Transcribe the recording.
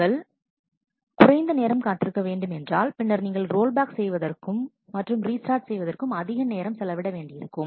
நீங்கள் குறைந்த நேரம் காத்திருக்க வேண்டும் என்றால் பின்னர் நீங்கள் ரோல் பேக் செய்வதற்கு மற்றும் ரீஸ்டார்ட் செய்வதற்கு அதிக நேரம் செலவிட வேண்டியிருக்கும்